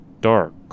dark